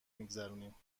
میگذرونیم